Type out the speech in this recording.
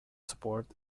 support